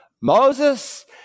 Moses